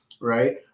right